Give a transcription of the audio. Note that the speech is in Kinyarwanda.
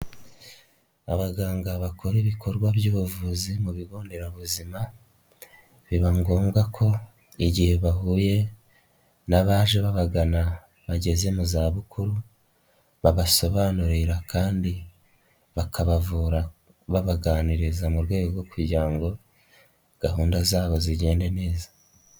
Abaganga bakora ibikorwa by'ubuvuzi mu bigo nderabuzima biba ngombwa ko igihe bahuye n'abaje babagana bageze mu za bukuru babasobanurira kandi bakabavura babaganiriza mu rwego rwo kugira ngo gahunda zabo zigende neza.